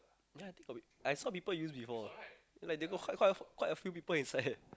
ya I think got people I saw people use before like they got quite quite quite a few people inside leh